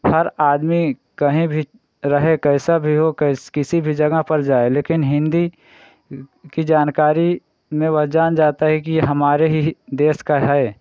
हर आदमी कहीं भी रहे कैसा भी हो कैस किसी भी जगह पर जाए लेकिन हिन्दी की जानकारी में वह जान जाता है कि हमारे ही देश का है